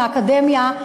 האקדמיה,